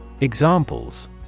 Examples